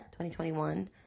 2021